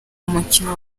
umukino